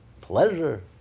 pleasure